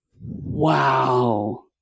Wow